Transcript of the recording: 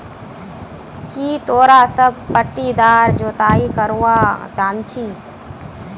की तोरा सब पट्टीदार जोताई करवा जानछी